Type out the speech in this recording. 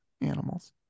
animals